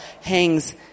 hangs